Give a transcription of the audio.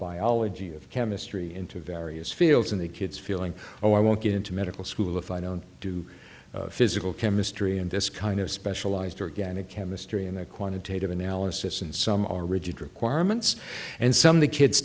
biology of chemistry into various fields and the kids feeling oh i won't get into medical school if i don't do physical chemistry and this kind of specialized organic chemistry and the quantitative analysis and some are rigid requirements and some of the kids